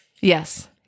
yes